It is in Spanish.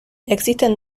existen